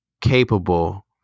capable